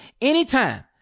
anytime